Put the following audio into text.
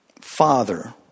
Father